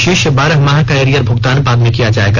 शेष बारह माह का एरियर भुगतान बाद में किया जायेगा